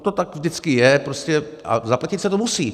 To tak vždycky je prostě a zaplatit se to musí.